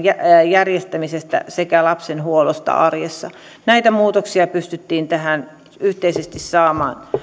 järjestämisestä sekä lapsen huollosta arjessa näitä muutoksia pystyttiin tähän yhteisesti saamaan